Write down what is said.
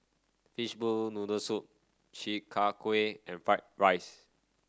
Fishball Noodle Soup Chi Kak Kuih and Fried Rice